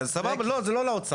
PET-CT, אז סבבה, זה לא לאוצר.